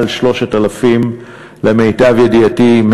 למיטב ידיעתי,